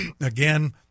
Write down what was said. again